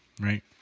right